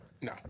No